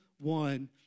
one